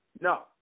No